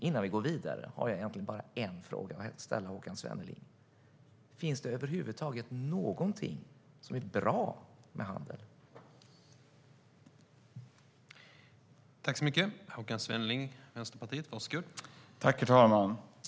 Innan vi går vidare har jag egentligen bara en fråga att ställa till Håkan Svenneling: Finns det över huvud taget någonting som är bra med handel?